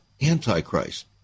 anti-Christ